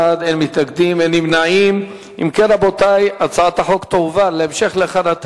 ההצעה להעביר את הצעת חוק המתווכים במקרקעין